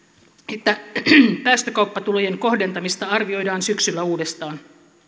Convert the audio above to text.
että päästökauppatulojen kohdentamista arvioidaan syksyllä uudestaan